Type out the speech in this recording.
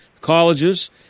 colleges